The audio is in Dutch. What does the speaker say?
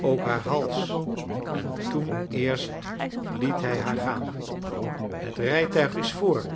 ook haar hals en toen eerst liet hij haar gaan het rijtuig is voor